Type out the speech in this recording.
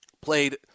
played